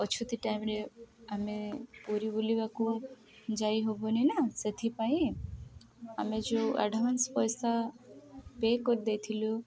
ଅଛତି ଟାଇମ୍ରେ ଆମେ ପୁରୀ ବୁଲିବାକୁ ଯାଇ ହବନି ନା ସେଥିପାଇଁ ଆମେ ଯେଉଁ ଆଡ଼ଭାନ୍ସ ପଇସା ପେ କରିଦେଇଥିଲୁ